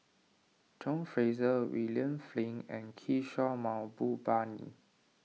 John Fraser William Flint and Kishore Mahbubani